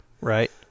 Right